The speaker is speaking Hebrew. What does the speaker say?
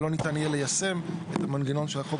אבל לא ניתן יהיה ליישם את המנגנון שהחוק